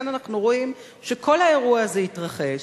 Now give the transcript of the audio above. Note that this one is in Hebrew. כאן אנחנו רואים שכל האירוע הזה התרחש,